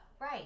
Right